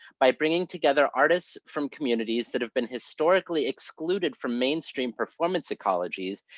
by bringing together artists from communities that have been historically excluded from mainstream performance ecologies,